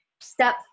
Step